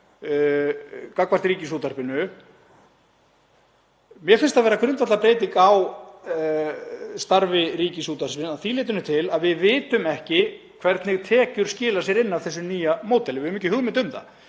gagnvart Ríkisútvarpinu vera grundvallarbreyting á starfi Ríkisútvarpsins að því leytinu til að við vitum ekki hvernig tekjur skila sér inn í þessu nýja módeli. Við höfum ekki hugmynd um það.